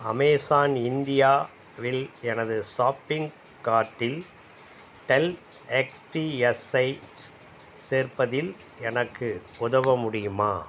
Amazon இந்தியாவில் எனது shopping கார்ட்டில் டெல் எக்ஸ்பிஎஸ் ஐச் சேர்ப்பதில் எனக்கு உதவ முடியுமா